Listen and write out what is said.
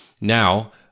Now